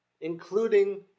including